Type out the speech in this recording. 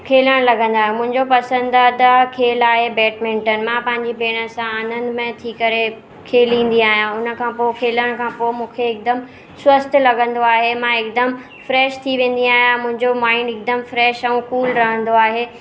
खेॾण लॻंदा मुंहिजो पसंदिदा खेल आहे बेडमिंटन मां पांहिंजी भेण सां आनंदमय थी करे खेॾींदी आहियां हुनखां पोइ खेॾण खां पोइ मूंखे हिकदमि स्वस्थ्य लॻंदो आहे मां हिकदमि फ्रेश थी वेंदी आहियां मुंहिंजो माइंड हिकदमि फ्रेश ऐं कूल रहंदो आहे